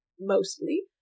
mostly